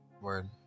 word